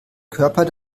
körper